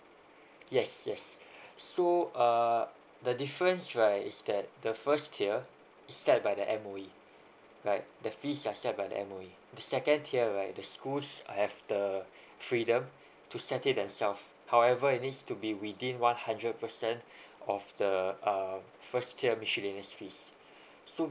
yes yes so uh the difference right is that the first tier is set by the M_O_E right the fees are set by M_O_E the second tier right the schools have the freedom to settle themselves however it needs to be within one hundred percent of the uh first tier miscellaneous